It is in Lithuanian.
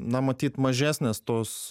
na matyt mažesnės tos